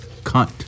Cunt